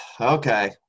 Okay